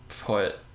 put